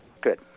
Good